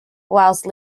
while